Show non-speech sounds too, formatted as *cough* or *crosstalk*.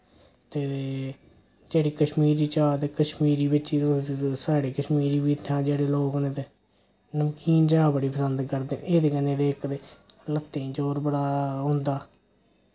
ते जेह्ड़ी कश्मीरी चाह् ते कश्मीरी विच *unintelligible* साढ़ी कश्मीरी बी इत्थां जेह्ड़े लोक ते नमकीन चा बड़ी पसंद करदे एह्दे कन्नै ते इक ते लत्तें जोर बड़ा होंदा